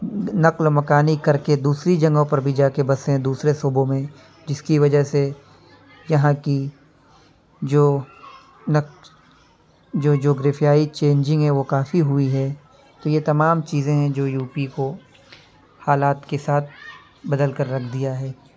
نقل مکانی کر کے دوسری جگہوں پر بھی جا کے بسے ہیں دوسرے صوبوں میں جس کی وجہ سے یہاں کی جو نکش جو جغرافیائی چینجنگ ہے وہ کافی ہوئی ہے تو یہ تمام چیزیں ہیں جو یو پی کو حالات کے ساتھ بدل کر رکھ دیا ہے